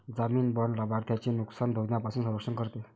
जामीन बाँड लाभार्थ्याचे नुकसान होण्यापासून संरक्षण करते